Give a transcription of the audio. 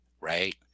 right